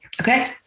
okay